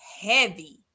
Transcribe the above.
heavy